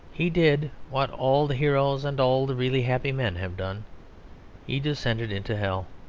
he did what all the heroes and all the really happy men have done he descended into hell.